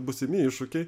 būsimi iššūkiai